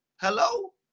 Hello